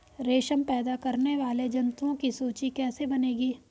रेशम पैदा करने वाले जंतुओं की सूची कैसे बनेगी?